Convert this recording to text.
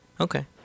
Okay